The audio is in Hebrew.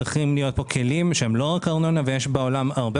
וצריכים להיות פה כלים שהם לא רק ארנונה; בעולם יש הרבה